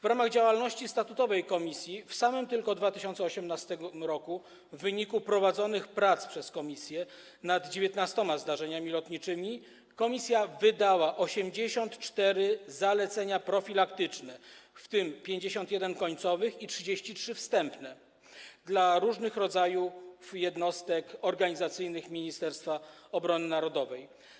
W ramach działalności statutowej w samym tylko 2018 r. w wyniku prowadzonych przez komisję prac nad 19 zdarzeniami lotniczymi komisja wydała 84 zalecenia profilaktyczne, w tym 51 końcowe i 33 wstępne dla różnych rodzajów jednostek organizacyjnych Ministerstwa Obrony Narodowej.